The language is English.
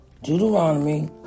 Deuteronomy